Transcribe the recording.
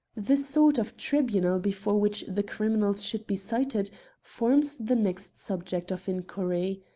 the sort of tribunal before which the criminals should be cited forms the next subject of inquiry.